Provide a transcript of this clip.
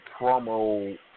promo